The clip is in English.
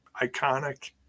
iconic